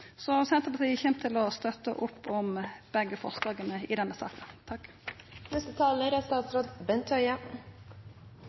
Så Senterpartiet kjem til å støtta opp om begge forslaga til vedtak i denne saka.